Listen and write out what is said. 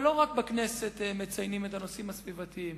ולא רק בכנסת מציינים את הנושאים הסביבתיים,